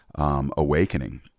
Awakening